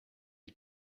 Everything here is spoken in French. les